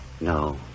No